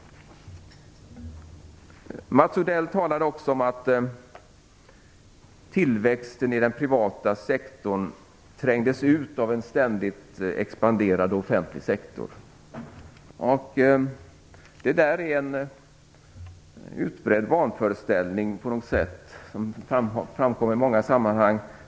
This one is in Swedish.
Mats Odell talar också om att tillväxten i den privata sektorn trängdes ut av en ständigt expanderande offentlig sektor. Det där är en utbredd vanföreställning som framkommer i många sammanhang.